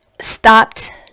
stopped